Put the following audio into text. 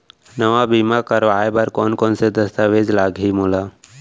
नवा बीमा करवाय बर कोन कोन स दस्तावेज लागही मोला?